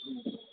হুম